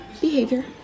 Behavior